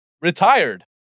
Retired